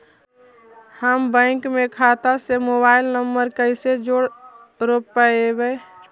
हम बैंक में खाता से मोबाईल नंबर कैसे जोड़ रोपबै?